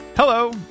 Hello